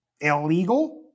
illegal